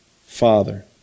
Father